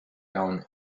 down